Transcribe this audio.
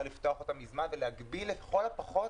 לפתוח את הצימרים מזמן ולהגביל לכל הפחות